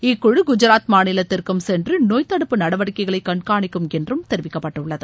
இக்குழு குஜாத் மாநிலத்திற்கும் சென்று நோய் தடுப்பு நடவடிக்கைகளை கண்காணிக்கும் என்று தெரிவிக்கப்பட்டுள்ளது